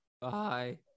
Bye